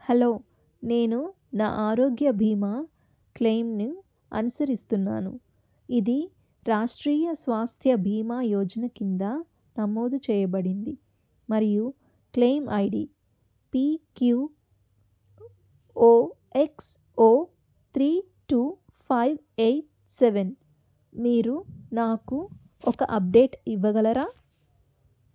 hello నేను నా ఆరోగ్య బీమా క్లెయిమ్ను అనుసరిస్తున్నాను ఇది రాష్ట్రీయ స్వాస్థ్య బీమా యోజన కింద నమోదు చేయబడింది మరియు claim I D P Q O X O three two five eight seven మీరు నాకు ఒక అప్డేట్ ఇవ్వగలరా